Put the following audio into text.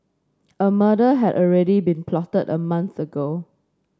a murder had already been plotted a month ago